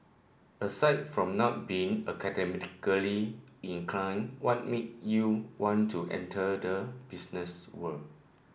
aside from not being academically inclined what made you want to enter the business world